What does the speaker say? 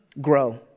Grow